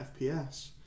FPS